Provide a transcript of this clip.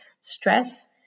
stress